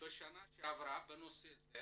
בשנה שעברה בנושא זה